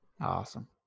Awesome